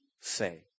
say